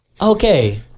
Okay